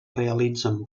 realitzen